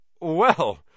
Well